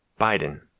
Biden